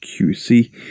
QC